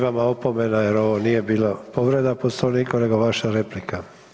Imamo opomenu jer ovo nije bila povreda Poslovnika, nego vaša replika.